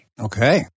Okay